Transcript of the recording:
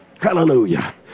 hallelujah